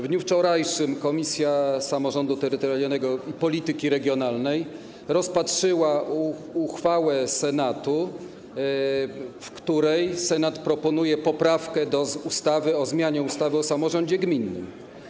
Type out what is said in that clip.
W dniu wczorajszym Komisja Samorządu Terytorialnego i Polityki Regionalnej rozpatrzyła uchwałę Senatu, w której Senat proponuje poprawkę do ustawy o zmianie ustawy o samorządzie gminnym.